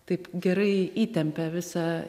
taip gerai įtempia visą